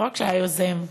לא רק שהיה היוזם,